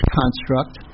construct